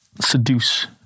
seduce